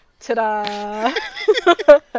ta-da